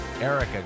Erica